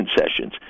concessions